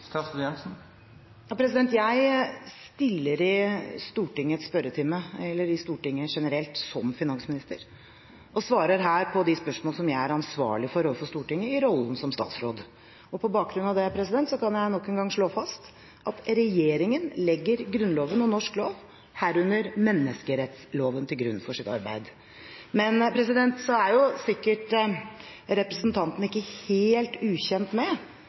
statsråd. På bakgrunn av det kan jeg nok en gang slå fast at regjeringen legger Grunnloven og norsk lov, herunder menneskerettsloven, til grunn for sitt arbeid. Men så er sikkert representanten ikke helt ukjent med